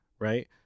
Right